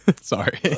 Sorry